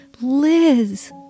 Liz